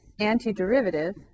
antiderivative